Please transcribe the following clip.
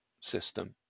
system